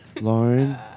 Lauren